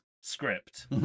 script